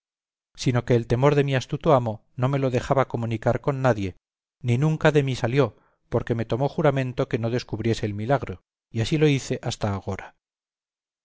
sino que el temor de mi astuto amo no me lo dejaba comunicar con nadie ni nunca de mí salió porque me tomó juramento que no descubriese el milagro y ansí lo hice hasta agora